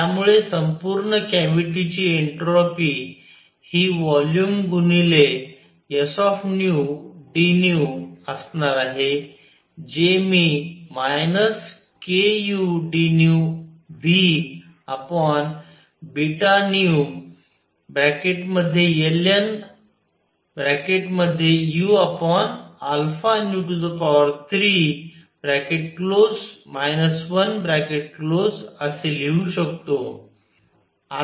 त्यामुळे संपूर्ण कॅव्हिटी ची एंट्रोपि हि व्हॉल्यूम गुणिले sd असणार आहे जे मी लिहू kudνVβνln⁡ 1असे लिहू शकतो